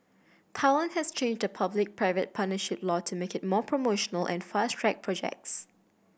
Thailand has changed the public private partnership law to make it more promotional and fast track projects